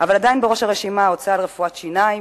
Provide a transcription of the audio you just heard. אבל עדיין בראש הרשימה ההוצאה על רפואת שיניים,